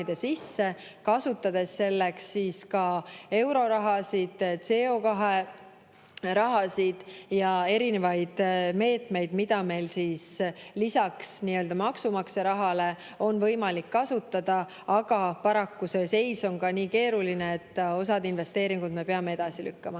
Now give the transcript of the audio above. kasutades selleks ka euroraha, CO2‑raha ja eri meetmeid, mida meil lisaks nii‑öelda maksumaksja rahale on võimalik kasutada. Aga paraku see seis on nii keeruline, et osad investeeringud me peame edasi lükkama.